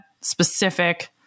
specific